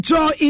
Joy